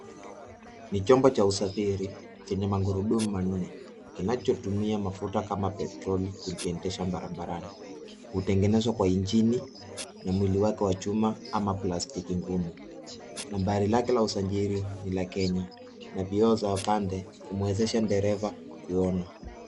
Ni chombo cha usafiri chenye makurudumu manne kinachotumia mafuta kama petroli kujiendesha barabarani utengeneswa Kwa injini na mwili wake wa chuma ama plastiki ngumu nambari lake la usajilini la Kenya na vioo vya pande umewesesha underefa kuona